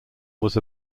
was